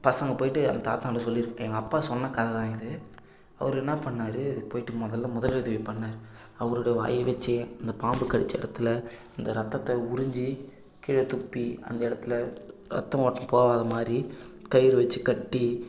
பசங்க போயிட்டு அந்த தாத்தாவாண்ட சொல்லி எங்கள் அப்பா சொன்ன கதை தான் இது அவர் என்ன பண்ணிணாரு போயிட்டு முதல்ல முதல் உதவி பண்ணாரு அவரோட வாயவெச்சே அந்த பாம்பு கடித்த இடத்துல அந்த ரத்தத்த உறிஞ்சி கீழே துப்பி அந்த இடத்துல ரத்தம் ஓட்டம் போகாத மாதிரி கயிறு வச்சி கட்டி